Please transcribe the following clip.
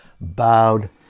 bowed